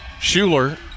Shuler